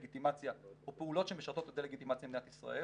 בדה-לגיטימציה או פעולות שמשרתות את המאבק בדה-לגיטימציה במדינת ישראל.